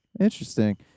interesting